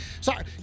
Sorry